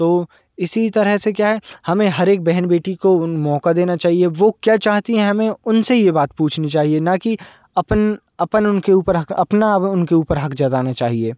तो इसी तरह से क्या है हमें हरेक बहन बेटी को उन मौका देना चाहिए वो क्या चाहती हैं हमें उनसे ये बात पूछनी चाहिए न कि अपन अपन उनके ऊपर हक अपना अब उनके ऊपर हक जाताना चाहिए